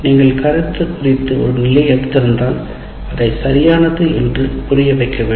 நீங்கள் கருத்து குறித்து ஒரு நிலை எடுத்திருந்தால் அதை சரியானது என்று புரிய வைக்க வேண்டும்